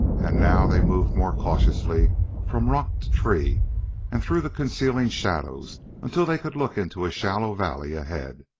and now they moved more cautiously from rock to tree and through the concealing shadows until they could look into a shallow valley ahead.